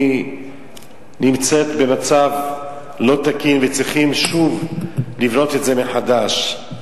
נמצאת במצב לא תקין וצריכים שוב לבנות את זה מחדש.